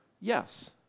Yes